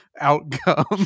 outcome